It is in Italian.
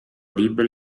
libri